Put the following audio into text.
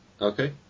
Okay